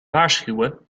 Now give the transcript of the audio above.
waarschuwen